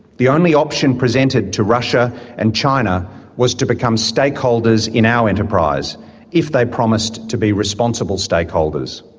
the only option presented to russia and china was to become stakeholders in our enterprise if they promised to be responsible stakeholders.